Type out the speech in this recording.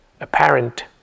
apparent